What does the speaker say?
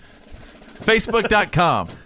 Facebook.com